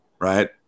right